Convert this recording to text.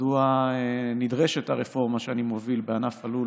מדוע נדרשת הרפורמה שאני מוביל בענף הלול